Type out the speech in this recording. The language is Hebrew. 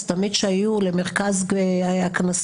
אז תמיד כשהיו למרכז הקנסות,